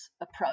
approach